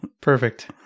Perfect